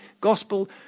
gospel